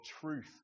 truth